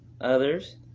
others